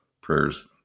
prayers